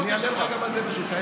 אני אענה לך גם על זה, ברשותך.